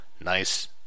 nice